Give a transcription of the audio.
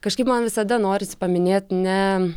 kažkaip man visada norisi paminėt ne